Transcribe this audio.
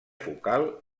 focal